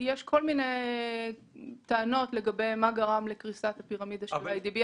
יש כל מיני טענות לגבי מה גרם לקריסת הפירמידה של איי די בי,